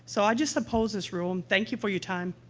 so, i just oppose this rule, and thank you for your time.